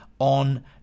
On